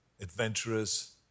adventurous